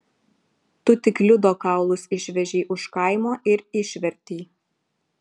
tu tik liudo kaulus išvežei už kaimo ir išvertei